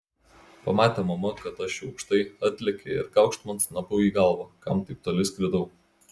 pamatė mama kad aš jau aukštai atlėkė ir kaukšt man snapu į galvą kam taip toli skridau